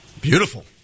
Beautiful